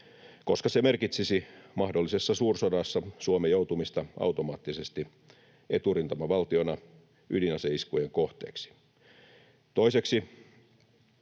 koska se merkitsisi mahdollisessa suursodassa Suomen joutumista automaattisesti eturintamavaltiona ydinaseiskujen kohteeksi. Toiseksi,